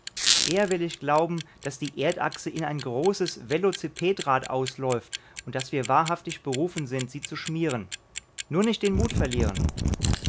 eher will ich glauben daß die erdachse in ein großes velozipedrad ausläuft und daß wir wahrhaftig berufen sind sie zu schmieren nur nicht den mut verlieren